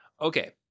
Okay